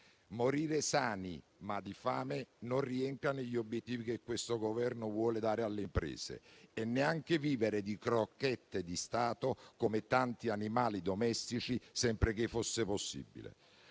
Morire sani, ma di fame, non rientra negli obiettivi che questo Governo vuole dare alle imprese e neanche vivere di crocchette di Stato come tanti animali domestici, sempre che fosse possibile.